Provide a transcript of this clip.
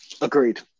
Agreed